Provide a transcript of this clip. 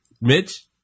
Mitch